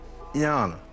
Yana